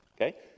Okay